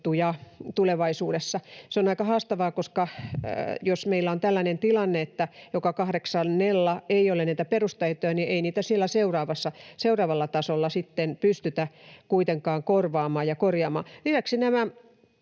tulevaisuudessa. Se on aika haastavaa, koska jos meillä on tällainen tilanne, että joka kahdeksannella ei ole niitä perustaitoja, niin ei niitä siellä seuraavalla tasolla sitten pystytä kuitenkaan korvaamaan ja korjaamaan. Lisäksi nämä